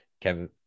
Kevin